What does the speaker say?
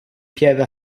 pierre